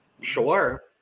sure